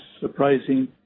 surprising